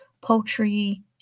poultry